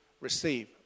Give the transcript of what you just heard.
receive